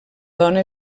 dona